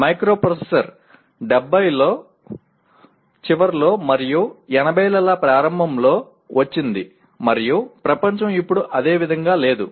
microprocessor '70 ల చివర్లో మరియు 80 ల ప్రారంభంలో వచ్చింది మరియు ప్రపంచం ఇప్పుడు అదే విధంగా లేదు